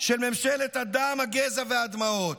של ממשלת הדם, הגזע והדמעות.